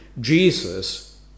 Jesus